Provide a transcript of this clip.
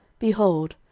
behold,